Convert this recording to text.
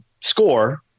score